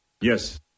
Yes